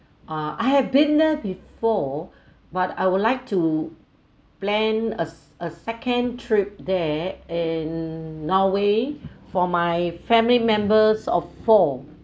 uh I have been there before but I would like to plan a a second trip there and norway for my family members of four